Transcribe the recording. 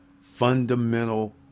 fundamental